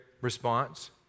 response